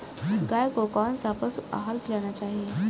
गाय को कौन सा पशु आहार खिलाना चाहिए?